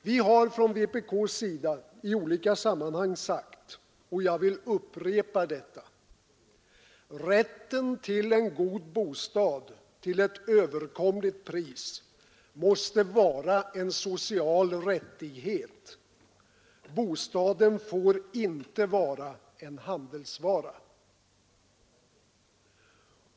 Vänsterpartiet kommunisterna har i olika sammanhang sagt — jag vill upprepa det — att en god bostad till ett överkomligt pris måste vara en social rättighet. Bostaden får inte vara en handelsvara.